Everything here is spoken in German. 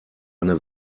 eine